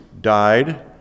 died